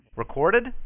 recorded